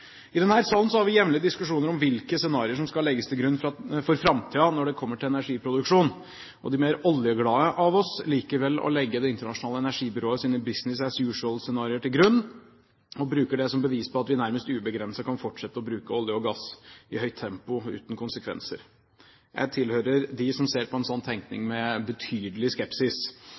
om den rollen vi kan spille på teknologiutviklingsfronten, og for å bidra til at CO2-rensingsløsninger blir aktuelle i store deler av verden – for det må det. I denne salen har vi jevnlige diskusjoner om hvilke scenarioer som skal legges til grunn for framtiden når det kommer til energiproduksjon, og de mer oljeglade av oss liker vel å legge Det internasjonale energibyrås «business as usual»-scenarioer til grunn, og bruker det som bevis på at vi nærmest ubegrenset kan fortsette å bruke olje og gass i høyt tempo